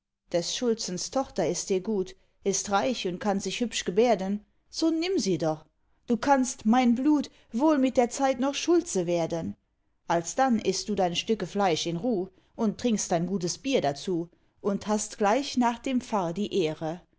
des schulzens tochter ist dir gut ist reich und kann sich hübsch gebärden so nimm sie doch du kannst mein blut wohl mit der zeit noch schulze werden alsdann ißt du dein stücke fleisch in ruh und trinkst dein gutes bier dazu und hast gleich nach dem pfarr die ehre o